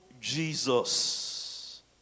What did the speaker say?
Jesus